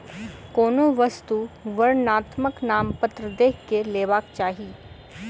कोनो वस्तु वर्णनात्मक नामपत्र देख के लेबाक चाही